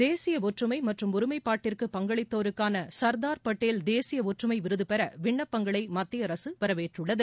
தேசிய ஒற்றுமை மற்றும் ஒருமைப்பாட்டிற்கு பங்களித்தோருக்கான சுர்தார் பட்டேல் தேசிய ஒற்றுமை விருது பெற விண்ணப்பங்களை மத்திய அரசு வரவேற்றுள்ளது